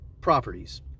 properties